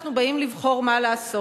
כשאנחנו באים לבחור מה לעשות,